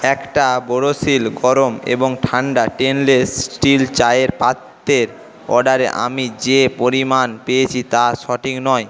একটা বোরোসিল গরম এবং ঠান্ডা স্টেইনলেস স্টিল চায়ের পাত্রের অর্ডারে আমি যে পরিমাণ পেয়েছি তা সঠিক নয়